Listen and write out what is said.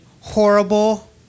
horrible